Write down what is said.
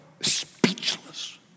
speechless